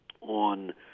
on